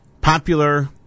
popular